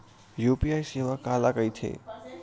UPI सेवा काला कइथे?